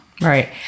Right